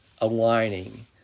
aligning